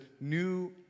new